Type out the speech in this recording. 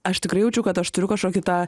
aš tikrai jaučiu kad aš turiu kažkokį tą